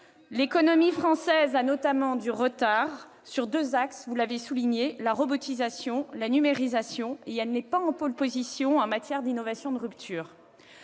L'économie française a notamment du retard dans deux domaines, comme vous l'avez souligné, la robotisation et la numérisation, et elle n'est pas en pole position en matière d'innovation de rupture.